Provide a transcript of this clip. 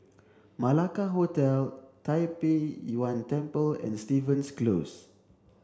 Malacca Hotel Tai Pei Yuen Temple and Stevens Close